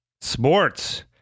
sports